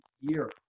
year